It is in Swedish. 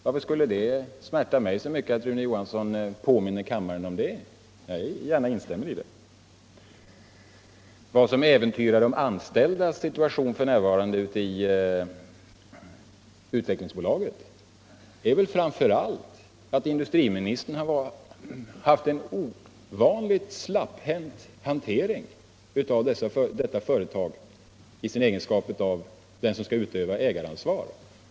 Varför skulle det smärta mig att Rune Johansson påminner kammaren om det? Jag instämmer gärna i det. Vad som f. n. äventyrar de anställdas situation i Utvecklingsbolaget är väl framför allt att industriministern hanterat detta företag ovanligt slapphänt i sin egenskap av den person som skall utöva ägaransvar.